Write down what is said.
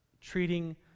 treating